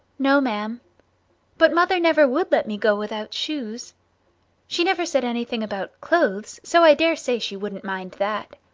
no, ma'am but mother never would let me go without shoes she never said anything about clothes, so i dare say she wouldn't mind that.